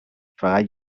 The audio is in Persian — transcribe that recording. فقط